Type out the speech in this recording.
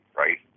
right